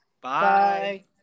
Bye